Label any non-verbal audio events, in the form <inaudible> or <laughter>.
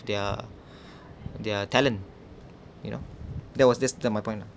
their <breath> their talent you know that was that's the my point lah